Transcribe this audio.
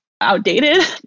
outdated